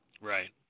Right